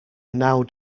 now